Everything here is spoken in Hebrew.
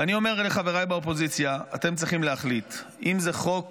ואני אומר לחבריי באופוזיציה: אתם צריכים להחליט אם זה חוק